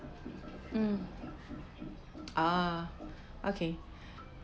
um ah okay